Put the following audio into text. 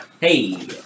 Hey